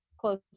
close